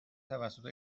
توسط